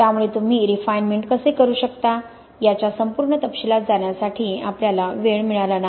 त्यामुळे तुम्ही रिफाइनमेन्ट कसे करू शकता याच्या संपूर्ण तपशीलात जाण्यासाठी आपल्याला वेळ मिळाला नाही